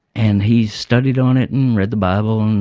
and he studied on it and read the bible and